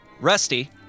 Rusty